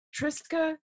Triska